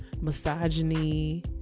misogyny